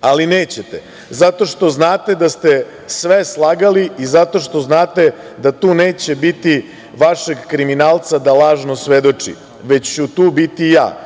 Ali, nećete zato što znate da ste sve slagali i zato što znate da tu neće biti vašeg kriminalca da lažno svedoči, već ću tu biti ja